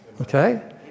Okay